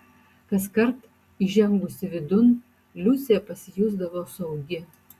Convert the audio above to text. kaskart įžengusi vidun liusė pasijusdavo saugi